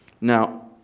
Now